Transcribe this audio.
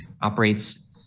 operates